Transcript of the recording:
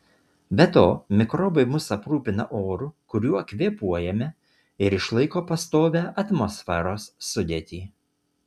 be to mikrobai mus aprūpina oru kuriuo kvėpuojame ir išlaiko pastovią atmosferos sudėtį